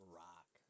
rock